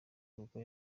kuko